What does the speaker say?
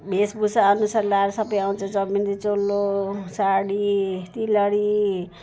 वेशभूषाअनुसार लगाएर सबै आउँछन् चौबन्दी चोलो साडी तिलहरी